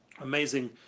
amazing